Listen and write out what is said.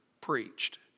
preached